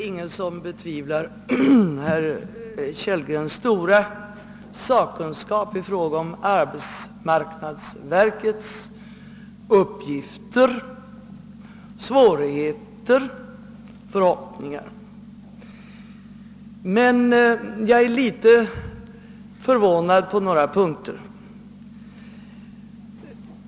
Ingen betvivlar herr Kellgrens stora sakkunskap i fråga om arbetsmarknadsverkets uppgifter, svårigheter och förhoppningar. Men jag är litet förvånad beträffande några detaljer.